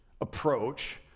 approach